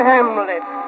Hamlet